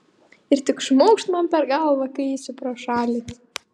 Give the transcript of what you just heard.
ir tik šmaukšt man per galvą kai eisiu pro šalį